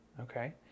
Okay